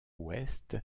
ouest